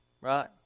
Right